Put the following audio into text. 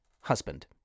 Husband